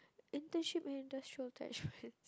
internship and industrial attachments